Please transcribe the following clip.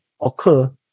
occur